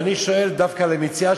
ואני שואל דווקא את המציעה,